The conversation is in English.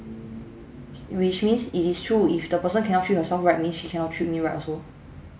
which means it is true if the person cannot treat yourself right means she cannot treat me right also